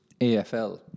AFL